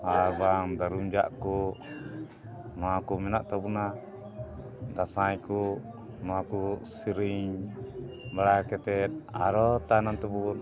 ᱟᱨ ᱵᱟᱝ ᱫᱟᱹᱨᱩᱢ ᱡᱟᱜ ᱠᱚ ᱱᱚᱣᱟ ᱠᱚ ᱢᱮᱱᱟᱜ ᱛᱟᱵᱚᱱᱟ ᱫᱟᱸᱥᱟᱭ ᱠᱚ ᱱᱚᱣᱟ ᱠᱚ ᱥᱮᱨᱮᱧ ᱵᱟᱲᱟ ᱠᱟᱛᱮ ᱟᱨᱚ ᱛᱟᱭᱱᱚᱢ ᱛᱮᱵᱚᱱ